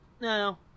No